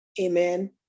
amen